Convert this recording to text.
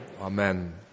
Amen